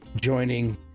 joining